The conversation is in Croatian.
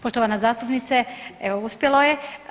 Poštovana zastupnice, evo, uspjelo je.